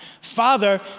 Father